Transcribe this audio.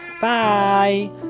Bye